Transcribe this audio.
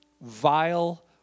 vile